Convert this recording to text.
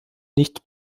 nicht